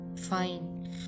fine